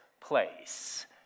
place